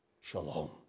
shalom